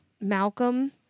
Malcolm